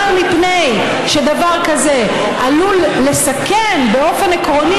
אבל מפני שדבר כזה עלול לסכן באופן עקרוני,